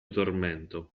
tormento